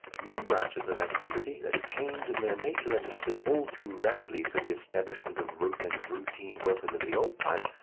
new branches of activity, that change in their nature and methods all too rapidly for the establishment of rote and routine workers of the old type,